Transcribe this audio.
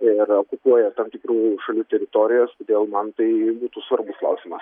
ir okupuoja tam tikrų šalių teritorijas todėl man tai būtų svarbus klausimas